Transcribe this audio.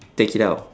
take it out